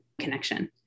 connection